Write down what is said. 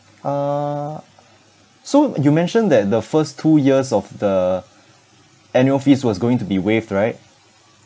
uh so you mentioned that the first two years of the annual fees was going to be waived right